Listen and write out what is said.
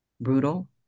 brutal